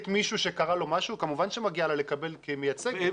מישהו שקרה לו משהו כמובן שמגיע לה לקבל כמייצגת.